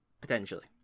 potentially